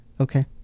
Okay